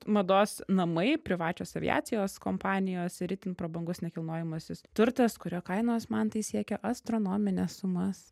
mados namai privačios aviacijos kompanijos ir itin prabangus nekilnojamasis turtas kurio kainos mantai siekia astronomines sumas